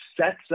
sets